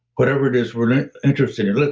whatever it is we interested in.